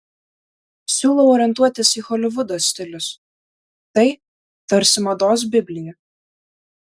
siūlau orientuotis į holivudo stilius tai tarsi mados biblija